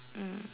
mm